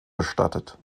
bestattet